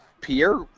Pierre